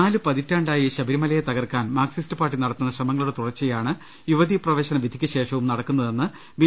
നാലു പതിറ്റാണ്ടായി ശബരിമലയെ തകർക്കാൻ മാർക്സിസ്റ്റ് പാർട്ടി നടത്തുന്ന ശ്രമങ്ങളുടെ തുടർച്ചയാണ് യുവതീ പ്രവേശന വിധിക്കു ശേഷവും നടക്കുന്നതെന്ന് ബി